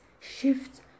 shift